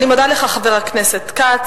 אני מודה לך, חבר הכנסת כץ.